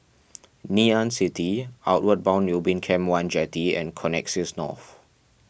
Ngee Ann City Outward Bound Ubin Camp one Jetty and Connexis North